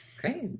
Great